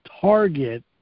target